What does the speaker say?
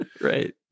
Right